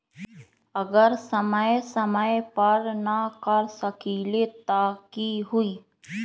अगर समय समय पर न कर सकील त कि हुई?